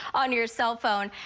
on your cellphone,